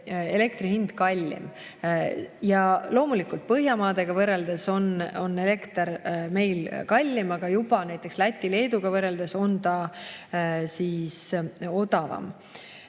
elektri hind kallim. Ja loomulikult Põhjamaadega võrreldes on elekter meil kallim, aga juba näiteks Läti ja Leeduga võrreldes on see odavam. Nüüd